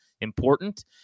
important